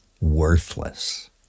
Worthless